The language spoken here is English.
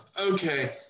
Okay